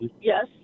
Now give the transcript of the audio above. Yes